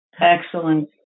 Excellent